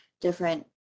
different